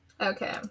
okay